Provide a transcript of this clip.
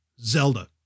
Zelda